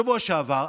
בשבוע שעבר,